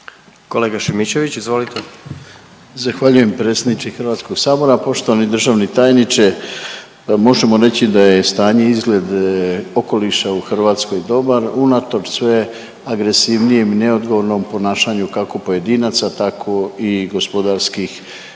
**Šimičević, Rade (HDZ)** Zahvaljujem predsjedniče HS. Poštovani državni tajniče, možemo reći da je stanje i izgled okoliša u Hrvatskoj dobar unatoč sve agresivnijem i neodgovornom ponašanju kako pojedinaca tako i gospodarskih